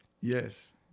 Yes